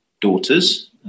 daughters